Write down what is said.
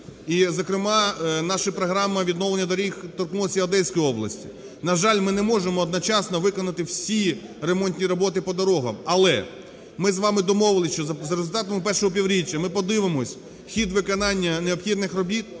І, зокрема, наша програма відновлення доріг торкнулася і Одеської області. На жаль, ми не можемо одночасно виконати всі ремонтні роботи по дорогам, але ми з вами домовились, що за результатами першого півріччя ми подивимось хід виконання необхідних робіт,